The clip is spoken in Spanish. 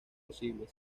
posible